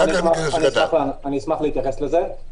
אני אשמח להתייחס לזה.